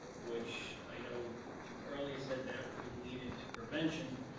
which i know you earlier said that would lead into prevention,